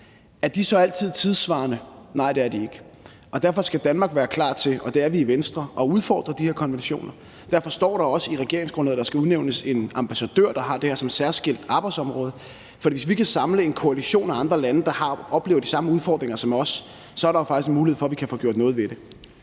Er de så altid tidssvarende? Nej, det er de ikke. Og derfor skal Danmark være klar til, og det er vi i Venstre, at udfordre de her konventioner, og derfor står der også i regeringsgrundlaget, at der skal udnævnes en ambassadør, der har det her som særskilt arbejdsområde. For hvis vi kan samle en koalition af andre lande, der oplever de samme udfordringer som os, er der faktisk mulighed for, at vi kan få gjort noget ved det.